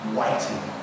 waiting